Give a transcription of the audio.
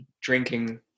drinking